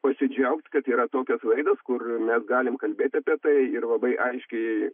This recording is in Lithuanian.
pasidžiaugt kad yra tokios laidos kur mes galim kalbėt apie tai ir labai aiškiai